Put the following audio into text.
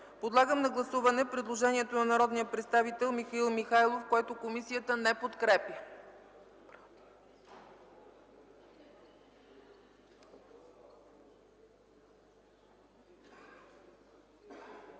Подлагам на гласуване предложението на народния представител Михаил Михайлов, което комисията не подкрепя.